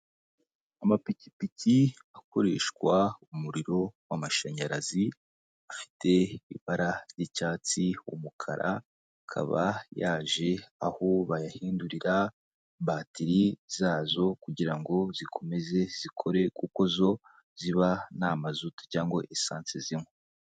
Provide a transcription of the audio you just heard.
Amapikipiki akoreshwa umuriro w'amashanyarazi afite ibara ry'icyatsi, umukara akaba yaje aho bayahindurira, batiri zazo kugira ngo zikomeze zikore kuko zo ziba nta mazutu cyangwa esansi zinywa.